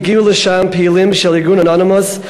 הגיעו לשם פעילים של ארגון "אנונימוס",